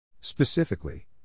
Specifically